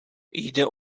jde